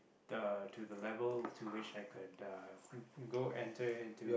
the to the level to wish I could uh go enter into